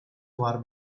var